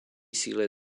síly